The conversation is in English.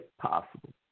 possible